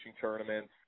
tournaments